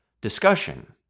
discussion